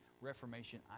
reformation